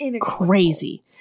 crazy